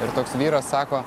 ir toks vyras sako